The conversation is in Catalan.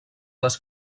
les